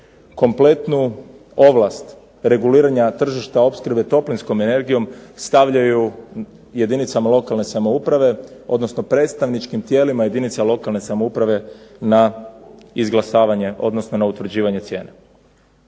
kompletnu ovlast reguliranja tržišta opskrbe toplinskom energijom stavljaju jedinicama lokalne samouprave odnosno predstavničkim tijelima jedinica lokalne samouprave na izglasavanje odnosno na utvrđivanje cijene.